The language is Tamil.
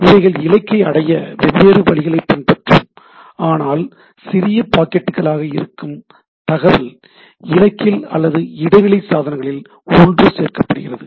இவைகள் இலக்கை அடைய வெவ்வேறு வழிகளைப் பின்பற்றும் ஆனால் சிறிய பாக்கெட்டுகளாக இருக்கும் தகவல் இலக்கில் அல்லது இடைநிலை சாதனங்களில் ஒன்று சேர்க்கப்படுகிறது